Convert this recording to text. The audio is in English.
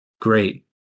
great